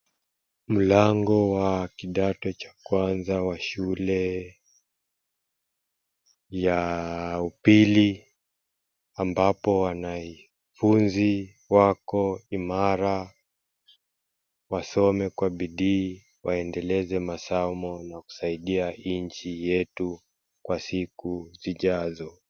Mlango wa kidato cha kwanza wa shule ya upili, ambapo wanafunzi wako imara wasome kwa bidii waendeleze masomo na kusaidia nchi yetu kwa siku zijazo.